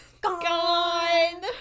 Gone